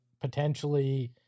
potentially